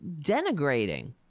denigrating